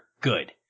Good